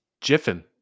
Jiffin